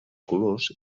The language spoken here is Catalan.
colors